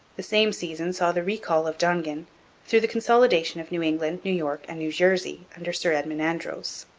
the same season saw the recall of dongan through the consolidation of new england, new york, and new jersey under sir edmund andros.